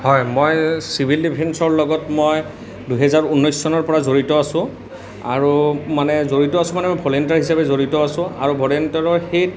হয় মই চিভিল ডিফেন্সৰ লগত মই দুহেজাৰ ঊনৈছ চনৰ পৰা জড়িত আছোঁ আৰু মানে জড়িত আছোঁ মানে মই ভলেণ্টিয়াৰ হিচাপে জড়িত আছো আৰু ভলেণ্টিয়াৰত সেই